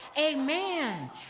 Amen